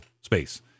space